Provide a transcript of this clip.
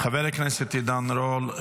חבר הכנסת עידן רול,